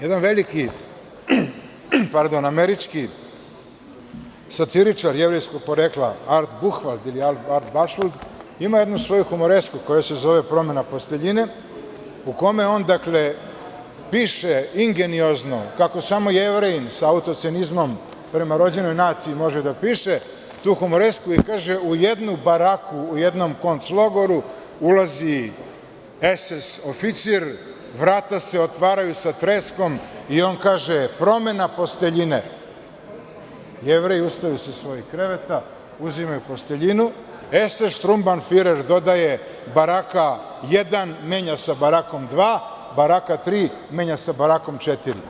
Jedan veliki američki satiričar jevrejskog porekla Artur Buhvald, ima jednu svoju humoresku koja se zove „Promena posteljine“, u kome on piše ingeniozno, kako samo Jevrejin sa autocinizmom prema rođenoj naciji može da pišetu humoresku, i kaže – u jednu baraku, u jednomkonc. logoru ulazi SS oficir, vrata se otvaraju sa treskom i on kaže – promena posteljine, Jevreji ustaju sa svojih kreveta, uzimaju posteljinu, SS Štrunban Firer dodaje - baraka jedan menja sa barakom dva, baraka tri menja sa barakom četiri.